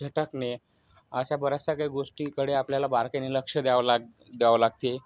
झटकणे अशा बराचशा काही गोष्टींकडे आपल्याला बारकाईने लक्ष द्यावं लाग द्यावं लागते